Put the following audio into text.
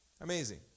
Amazing